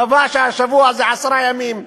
קבע ששבוע זה עשרה ימים,